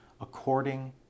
according